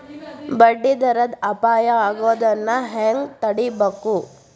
ಬಡ್ಡಿ ದರದ್ ಅಪಾಯಾ ಆಗೊದನ್ನ ಹೆಂಗ್ ತಡೇಬಕು?